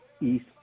east